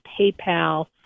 PayPal